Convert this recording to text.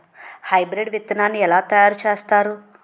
Hybrid విత్తనాన్ని ఏలా తయారు చేస్తారు?